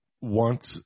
want